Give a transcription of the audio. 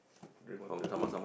drink water